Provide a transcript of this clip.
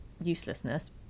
uselessness